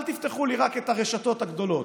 אל תפתחו לי רק את הרשתות הגדולות.